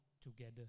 together